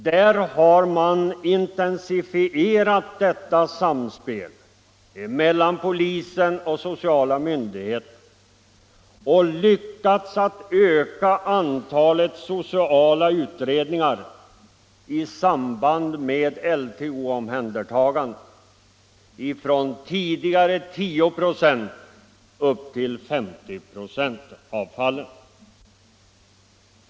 Där har man intensifierat detta samspel mellan polisen och sociala myndigheter och lyckats att öka antalet sociala utredningar i samband med LTO-omhändertaganden från tidigare i 10 96 av fallen upp till 50 96.